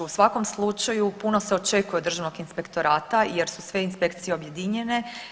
U svakom slučaju puno se očekuje od državnog inspektorata jer su sve inspekcije objedinjene.